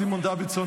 סימון דוידסון,